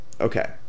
Okay